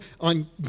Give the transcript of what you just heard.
on